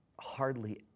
hardly